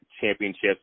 championships